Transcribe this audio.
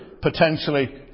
potentially